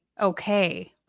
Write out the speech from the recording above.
okay